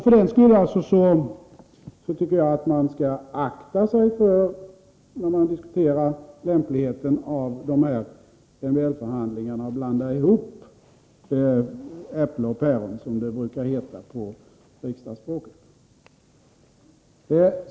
För den skull tycker jag att man skall akta sig för, när man diskuterar lämpligheten av de här MBL-förhandlingarna, att blanda ihop äpplen och päron, som det brukar heta på riksdagsspråket.